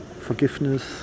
forgiveness